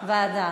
ועדה.